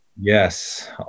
Yes